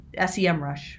SEMrush